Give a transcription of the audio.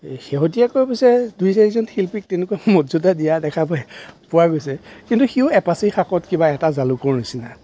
এই শেহতীয়াকৈ পিছে দুই চাৰিজন শিল্পীক তেনেকুৱা মৰ্য্য়দা দিয়া দেখা পোৱা গৈছে কিন্তু সিও এপাচি শাকত কিবা এটা জালুকৰ নিচিনা